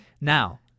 Now